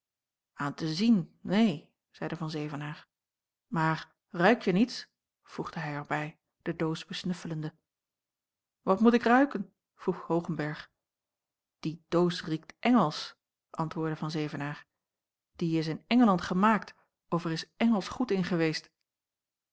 aan te zien neen zeide van zevenaer maar ruikje niets voegde hij er bij de doos besnuffelende wat moet ik ruiken vroeg hoogenberg die doos riekt engelsch antwoordde van zevenaer die is in engeland gemaakt of er is engelsch goed in geweest